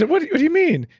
but what do you mean?